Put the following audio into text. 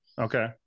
Okay